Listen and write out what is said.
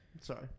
sorry